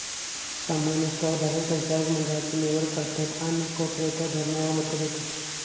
सामान्य स्टॉक धारक संचालक मंडळची निवड करतत आणि कॉर्पोरेट धोरणावर मत देतत